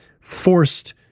forced